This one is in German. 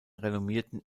renommierten